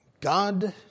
God